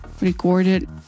recorded